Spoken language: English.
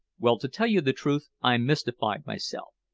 well, to tell you the truth, i'm mystified myself.